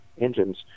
engines